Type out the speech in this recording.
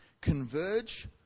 converge